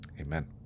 Amen